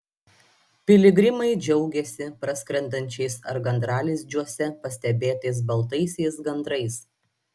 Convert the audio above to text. piligrimai džiaugėsi praskrendančiais ar gandralizdžiuose pastebėtais baltaisiais gandrais